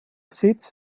sitz